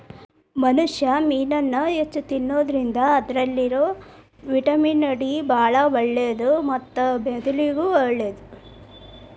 ಮನುಷ್ಯಾ ಮೇನನ್ನ ಹೆಚ್ಚ್ ತಿನ್ನೋದ್ರಿಂದ ಅದ್ರಲ್ಲಿರೋ ವಿಟಮಿನ್ ಡಿ ಬಾಳ ಒಳ್ಳೇದು ಮತ್ತ ಮೆದುಳಿಗೂ ಒಳ್ಳೇದು